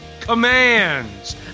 commands